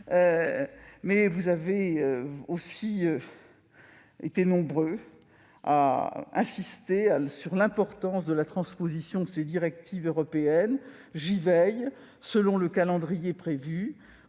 !» Vous avez aussi été nombreux à insister sur l'importance de la transposition de ces directives européennes. J'y veille également, selon le calendrier prévu.